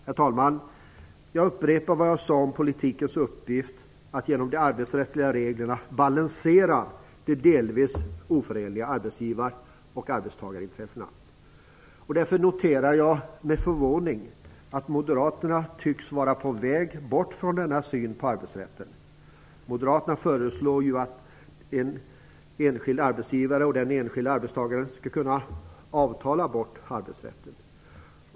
Herr talman! Jag upprepar vad jag sade om politikens uppgift att genom de arbetsrättsliga reglerna balansera de delvis oförenliga arbetsgivar och arbetstagarintressena. Därför noterar jag med förvåning att Moderaterna tycks vara på väg bort från denna syn på arbetsrätten. Moderaterna föreslår ju att den enskilde arbetsgivaren och den enskilde arbetstagaren skall kunna avtala bort arbetsrätten.